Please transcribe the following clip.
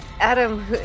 Adam